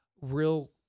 real